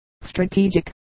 strategic